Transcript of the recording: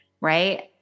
Right